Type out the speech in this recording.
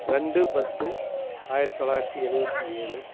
ரெண்டு பத்து ஆயிரத்தி தொள்ளாயிரத்தி எழுபத்தி ஏழு